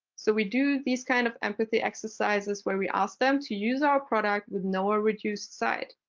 so we do these kind of empathy exercises where we ask them to use our product with no or reduced sight,